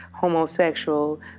homosexual